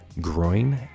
groin